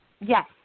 Yes